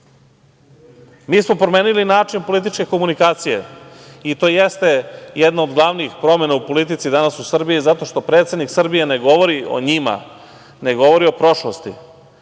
smo promenili način političke komunikacije i to jeste jedna od glavnih promena u politici danas u Srbiji, zato što predsednik Srbije ne govori o njima, ne govori o prošlosti.